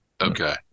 Okay